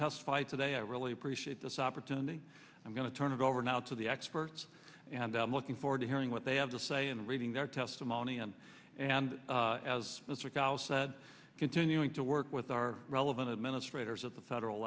testify today i really appreciate this opportunity i'm going to turn it over now to the experts and i'm looking forward to hearing what they have to say and reading their testimony and and as mr gao said continuing to work with our relevant administrators at the federal